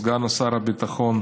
סגן שר הביטחון,